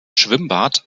schwimmbad